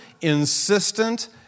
insistent